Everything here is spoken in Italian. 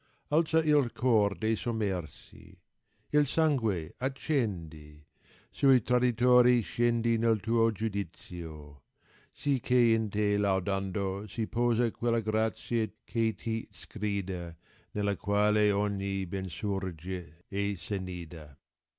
alza il cor de sommersi il sangue accendi sui traditori scendi nel tuo giudicio sì che in te laudando si posi quella grazia che ti sgrida nella quale ogni ben surge e s annida